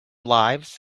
lives